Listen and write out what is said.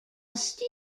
steel